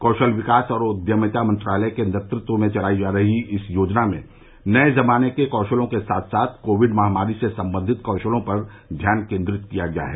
कौशल विकास और उद्यमिता मंत्रालय के नेतृत्व में चलायी जा रही इस योजना में नये जमाने के कौशलों के साथ साथ कोविड महामारी से संबंधित कौशलों पर ध्यान कोन्द्रित किया गया है